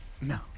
No